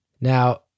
Now